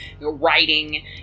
writing